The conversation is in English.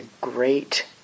great